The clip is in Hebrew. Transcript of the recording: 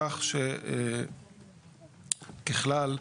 כך שככלל,